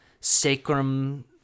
sacrum